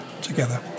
together